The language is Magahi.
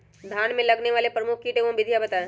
धान में लगने वाले प्रमुख कीट एवं विधियां बताएं?